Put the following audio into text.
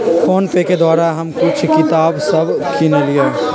PhonePe के द्वारा हम कुछ किताप सभ किनलियइ